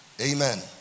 Amen